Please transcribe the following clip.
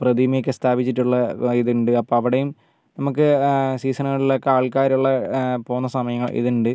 പ്രതിമയൊക്കെ സ്ഥാപിച്ചിട്ടുള്ള ഇത് ഉണ്ട് അപ്പം അവിടെയും നമുക്ക് സീസണുകളിൽ ഒക്കെ ആൾക്കാർ ഉള്ള പോകുന്ന സമയം ഇതുണ്ട്